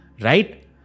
right